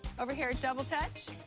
over here. double touch.